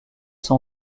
son